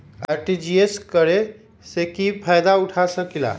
RTGS करे से की फायदा उठा सकीला?